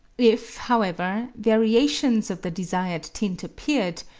if, however, variations of the desired tint appeared,